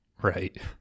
right